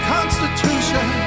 Constitution